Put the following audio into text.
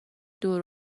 دور